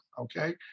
okay